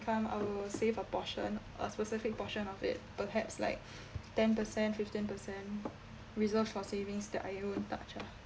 I will save a portion a specific portion of it perhaps like ten percent fifteen percent reserved for savings that I wouldn't touch ah